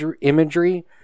imagery